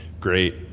Great